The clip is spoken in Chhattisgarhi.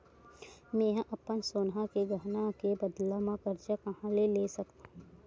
मेंहा अपन सोनहा के गहना के बदला मा कर्जा कहाँ ले सकथव?